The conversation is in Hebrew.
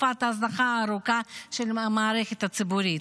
תקופת ההזנחה הארוכה של המערכת הציבורית.